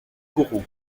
kourou